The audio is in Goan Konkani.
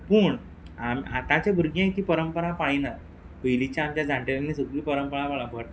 पूण आम आतांचे भुरगे की परंपरा पाळिनात पयलींचे आमचे जाण्टेल्यानी सगळी परंपरा पाळा भट